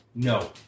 No